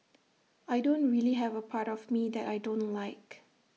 I don't really have A part of me that I don't like